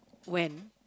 when